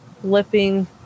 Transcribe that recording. flipping